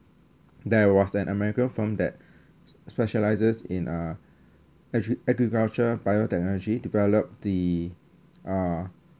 there was an american firm that specialises in uh agri~ agriculture biotechnology develop the uh